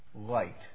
light